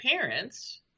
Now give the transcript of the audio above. parents